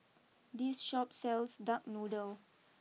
this Shop sells Duck Noodle